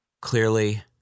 Clearly